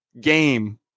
game